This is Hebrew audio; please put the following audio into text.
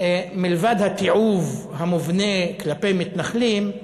מלבד התיעוב המובנה כלפי מתנחלים,